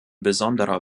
besonderer